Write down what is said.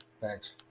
Thanks